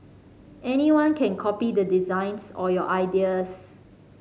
anyone can copy the designs or your ideas